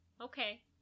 Okay